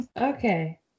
Okay